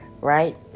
Right